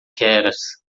keras